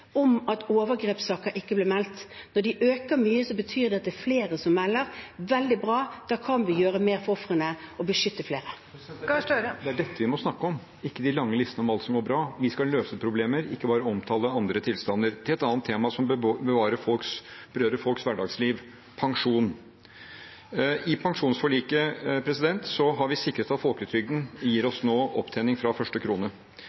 om – ikke de lange listene med alt som går bra. Vi skal løse problemer, ikke bare omtale andre tilstander. Et annet tema som berører folks hverdagsliv, pensjon: I pensjonsforliket har vi sikret at folketrygden nå gir oss opptjening fra første krone.